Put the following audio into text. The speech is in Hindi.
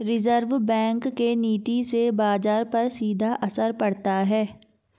रिज़र्व बैंक के नीति से बाजार पर सीधा असर पड़ता है